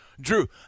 Drew